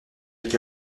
éric